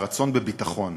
והרצון בביטחון.